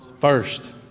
first